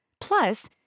Plus